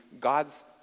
God's